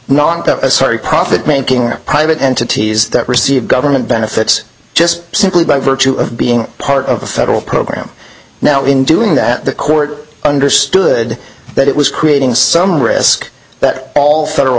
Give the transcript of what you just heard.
that sorry profit making private entities that receive government benefits just simply by virtue of being part of the federal program now in doing that the court understood that it was creating some risk that all federal